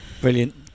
Brilliant